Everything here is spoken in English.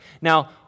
Now